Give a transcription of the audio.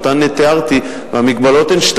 ותיארתי אותן.